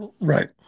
Right